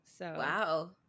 Wow